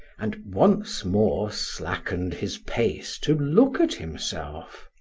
and once more slackened his pace to look at himself.